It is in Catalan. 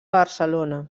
barcelona